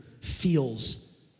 feels